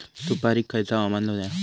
सुपरिक खयचा हवामान होया?